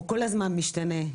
הוא כל הזמן משתנה.